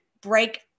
break